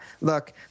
Look